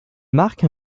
marque